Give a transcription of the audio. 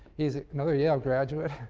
he's another yale graduate,